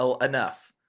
enough